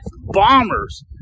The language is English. bombers